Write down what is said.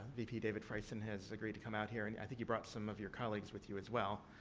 vp david fryson has agreed to come out here, and i think you brought some of your colleagues with you, as well.